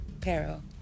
peril